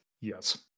Yes